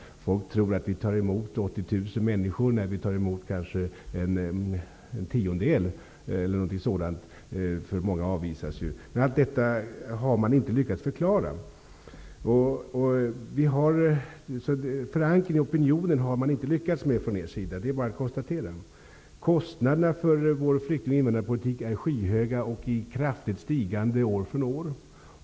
Folk tror dessutom att vi tar emot 80 000 människor när vi tar emot kanske en tiondedel härav, eftersom många avvisas. Allt detta har man misslyckats med att förklara. Det är bara att konstatera att ni från er sida inte har lyckats få till stånd en förankring i opinionen. Kostnaderna för vår flykting och invandrarpolitik är skyhöga och i kraftigt stigande år från år.